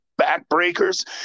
backbreakers